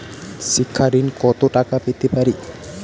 শিক্ষা ঋণ কত টাকা পেতে পারি?